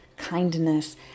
kindness